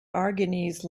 aragonese